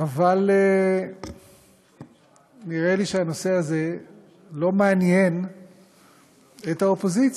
אבל נראה לי שהנושא הזה לא מעניין את האופוזיציה.